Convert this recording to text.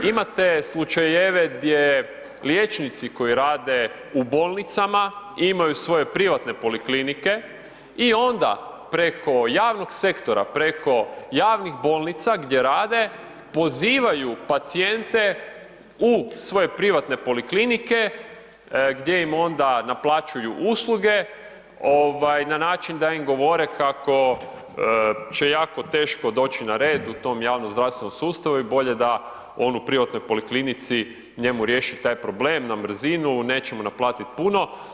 Imate slučajeve gdje liječnici koji rade u bolnicama imaju svoje privatne poliklinike i onda preko javnog sektora, preko javnih bolnica gdje rade, pozivaju pacijente u svoje privatne poliklinike gdje im onda naplaćuju usluge, na način da im govore kako će jako teško doći na red u tom javnom zdravstvenom sustavu i bolje da on u privatnoj poliklinici njemu riješi taj problem, nećemo naplatiti puno.